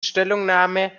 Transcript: stellungnahme